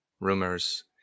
rumors